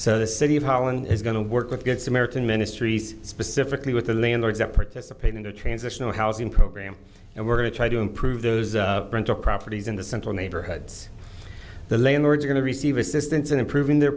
so the city of holland is going to work with good samaritan ministries specifically with the landlords that participate in a transitional housing program and we're going to try to improve those rental properties in the central neighborhoods the landlords going to receive assistance in improving their